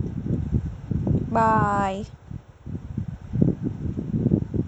bye